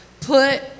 put